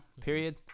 period